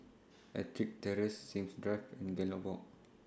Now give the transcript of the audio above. Ettrick Terrace Sims Drive and Gallop Walk